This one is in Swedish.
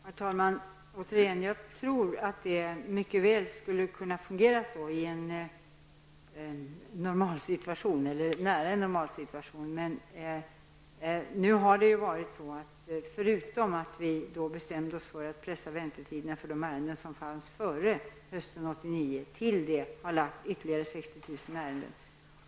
Herr talman! Återigen: Jag tror att det mycket väl skulle kunna fungera så i en normalsituation eller i vad som i det närmaste är en normalsituation. Men förutom att vi bestämde oss för att pressa väntetiderna för de ärenden som fanns före hösten 1989 har vi härtill lagt ytterligare 60 000 ärenden.